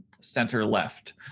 center-left